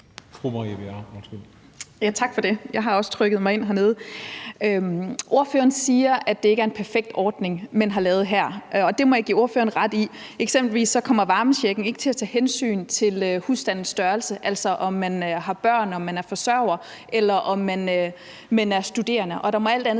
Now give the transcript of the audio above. Tak for det. Jeg har også trykket mig ind hernede. Ordføreren siger, at det ikke er en perfekt ordning, man har lavet her, og det må jeg give ordføreren ret i. Eksempelvis kommer varmechecken ikke til at tage hensyn til husstandens størrelse, altså om man har børn, om man er forsørger, eller om man er studerende. Og der må alt andet